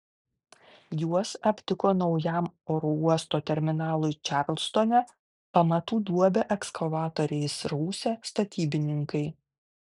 juos aptiko naujam oro uosto terminalui čarlstone pamatų duobę ekskavatoriais rausę statybininkai